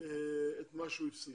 את מה שהוא הפסיד.